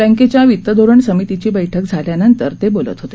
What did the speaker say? बँकेच्या वितधोरण समितीची बैठक झाल्यानंतर ते बोलत होते